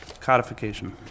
codification